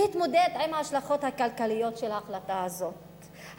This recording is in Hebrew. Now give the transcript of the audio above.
להתמודד עם ההשלכות הכלכליות של ההחלטה הזאת?